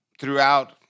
throughout